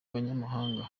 banyamahanga